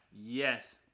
Yes